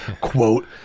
quote